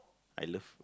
I love